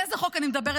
על איזה חוק אני מדברת?